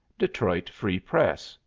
detroit free press,